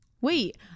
Wait